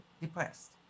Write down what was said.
depressed